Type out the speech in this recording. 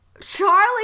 Charlie